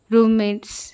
Roommates